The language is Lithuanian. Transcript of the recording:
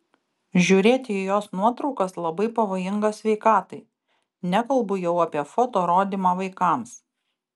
žiūrėti į jos nuotraukas labai pavojinga sveikatai nekalbu jau apie foto rodymą vaikams